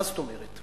מה זאת אומרת?